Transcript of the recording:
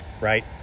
right